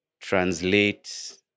translate